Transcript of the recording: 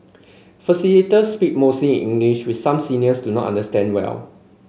facilitators speak mostly in English which some seniors do not understand well